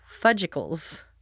fudgicles